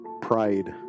pride